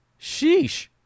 Sheesh